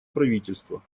правительства